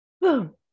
Boom